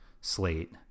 slate